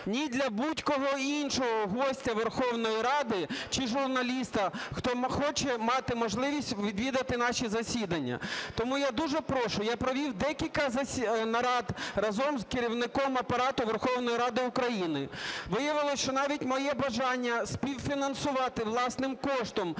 Ні для будь-якого іншого гостя Верховної Ради чи журналіста, хто хоче мати можливість відвідати наші засідання. Тому я дуже прошу, я провів декілька нарад разом з Керівником Апарату Верховної Ради України. Виявилось, що навіть моє бажання співфінансувати власним коштом